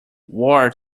war